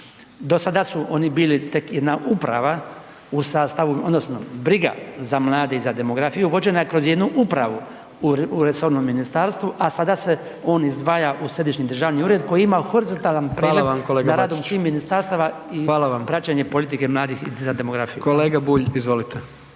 Dosada su oni bili tek jedna uprava u sastavu, odnosno briga za mlade i demografiju vođena je kroz jednu upravu u resornom ministarstvu, a sada se on izdvaja u središnji državni ured koji ima horizontalan pregled .../Upadica: Hvala vam kolega Bačić./... nad radom